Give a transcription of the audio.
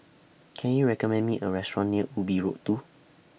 Can YOU recommend Me A Restaurant near Ubi Road two